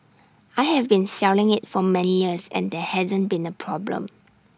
I have been selling IT for many years and there hasn't been A problem